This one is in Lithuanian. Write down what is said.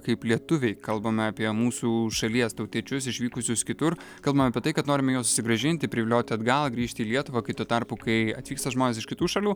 kaip lietuviai kalbame apie mūsų šalies tautiečius išvykusius kitur kalbam apie tai kad norime juos susigrąžinti privilioti atgal grįžti į lietuvą kai tuo tarpu kai atvyksta žmonės iš kitų šalių